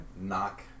knock